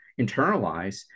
internalize